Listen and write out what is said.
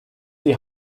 die